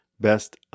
best